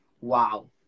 wow